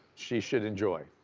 she should enjoy.